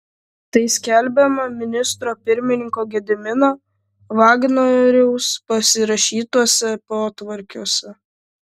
tai skelbiama ministro pirmininko gedimino vagnoriaus pasirašytuose potvarkiuose